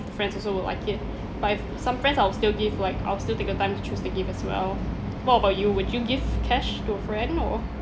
my friends also would like it but if some friends I'll still give like I'll still take the time to choose the gift as well what about you would you give cash to a friend or